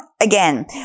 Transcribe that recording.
again